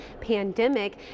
pandemic